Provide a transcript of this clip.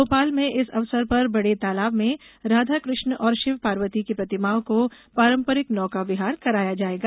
भोपाल में इस अवसर पर बड़े तालाब में राधा कृष्ण और शिव पार्वती की प्रतिमाओं को पारंपरिक नौका विहार कराया जाएगा